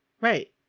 right